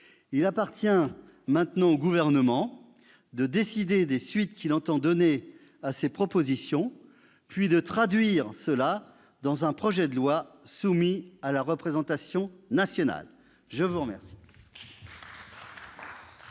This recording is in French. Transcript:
Il appartient maintenant au Gouvernement de décider des suites qu'il entend donner à ces propositions, puis de les traduire dans un projet de loi soumis à la représentation nationale. Je vous remercie,